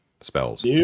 spells